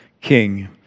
king